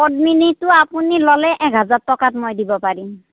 পদ্মিনীটো আপুনি ল'লে এক হাজাৰ টকাত মই দিব পাৰিম